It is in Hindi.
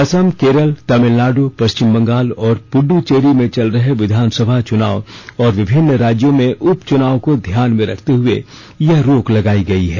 असम केरल तमिलनाडु पश्चिम बंगाल और पुद्दचेरी में चल रहे विधानसभा चुनाव और विभिन्न राज्यों में उप चुनाव को ध्यान में रखते हुए यह रोक लगाई गई है